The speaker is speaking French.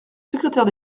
secrétaire